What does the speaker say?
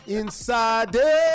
inside